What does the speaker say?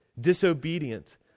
disobedient